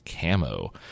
camo